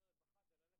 זה אולי התפקיד שלנו.